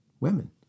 women